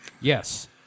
Yes